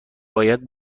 باید